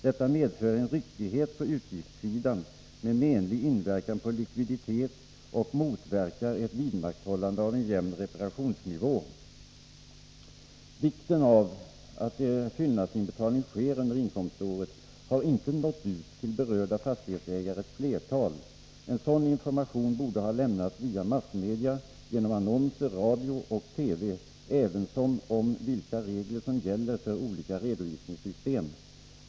Detta medför en ryckighet på utgiftssidan med menlig inverkan på likviditeten och motverkar ett vidmakthållande av en jämn reparationsnivå. Vikten av att fyllnadsinbetalning sker under inkomståret har icke nått ut till berörda fastighetsägares flertal. En sådan information borde ha lämnats via massmedia, genom annonser, radio och TV, ävensom om vilka regler som gäller för olika redovisningssystem.